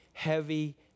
heavy